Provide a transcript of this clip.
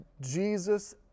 Jesus